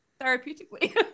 therapeutically